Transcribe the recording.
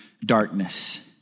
darkness